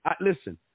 Listen